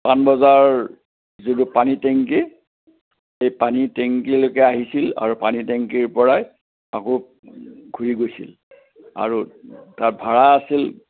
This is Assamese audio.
পানবজাৰ যিটো পানী টেংকি সেই পানী টেংকিলৈকে আহিছিল আৰু পানী টেংকিৰ পৰাই আকৌ ঘূৰি গৈছিল আৰু তাৰ ভাড়া আছিল